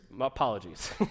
apologies